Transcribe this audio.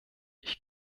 ich